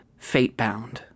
Fatebound